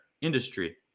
industry